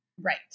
Right